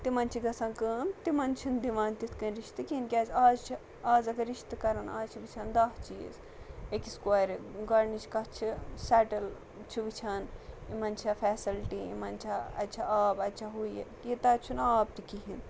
تِمَن چھِ گَژھان کٲم تِمَن چھِنہٕ دِوان تِتھ کٔنۍ رِشتہٕ کِہیٖنۍ کیٛازِ آز چھِ آز اگر رِشتہٕ کَرَن آز چھِ وٕچھان دَاہ چیٖز أکِس کورِ گۄڈنِچ کَتھ چھِ سٮ۪ٹٕل چھِ وٕچھان یِمَن چھا فیسَلٹی یِمَن چھا اَتہِ چھا آب اَتہِ چھا ہُہ یہِ یہِ تَتہِ چھُنہٕ آب تہِ کِہیٖنۍ